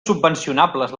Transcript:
subvencionables